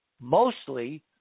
mostly